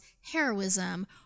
heroism